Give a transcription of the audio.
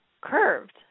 curved